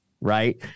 right